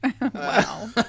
Wow